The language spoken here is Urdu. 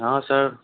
ہاں سر